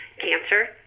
cancer